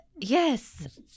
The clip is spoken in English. Yes